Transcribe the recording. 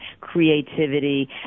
creativity